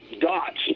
dots